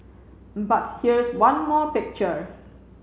but here's one more picture